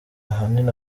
ahanini